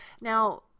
Now